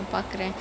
ya